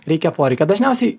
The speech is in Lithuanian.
reikia poreikio dažniausiai